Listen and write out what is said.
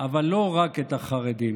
לפי אורח חייו,